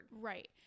right